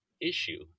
issue